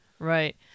Right